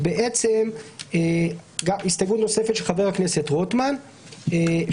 בעצם זו הסתייגות נוספת של חבר הכנסת רוטמן שלפיה